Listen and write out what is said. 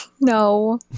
No